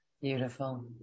Beautiful